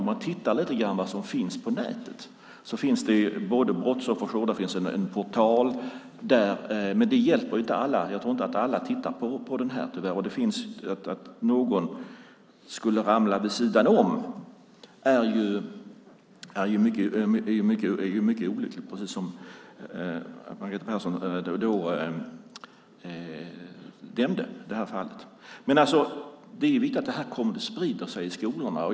Om man tittar lite grann på vad som finns på nätet ser man att det finns en brottsofferjour och en portal, men det hjälper inte alla. Jag tror inte att alla tittar på den tyvärr. Risken att någon hamnar vid sidan av finns och det är mycket olyckligt, precis som i det fall som Margareta Persson nämnde. Men det är viktigt att det här sprider sig i skolorna.